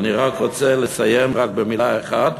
ואני רק רוצה לסיים רק במילה אחת.